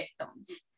victims